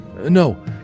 No